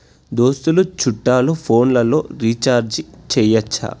దోస్తులు చుట్టాలు ఫోన్లలో రీఛార్జి చేయచ్చా?